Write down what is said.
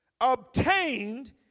obtained